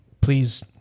please